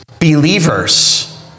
believers